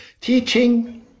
teaching